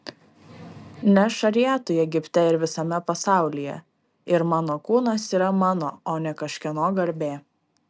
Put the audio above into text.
ne šariatui egipte ir visame pasaulyje ir mano kūnas yra mano o ne kažkieno garbė